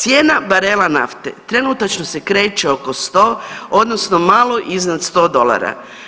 Cijena barela nafte trenutačno se kreće oko 100 odnosno malo iznad 100 dolara.